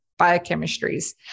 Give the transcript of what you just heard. biochemistries